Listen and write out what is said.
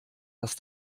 das